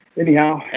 anyhow